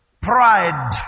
Pride